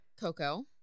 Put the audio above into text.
Coco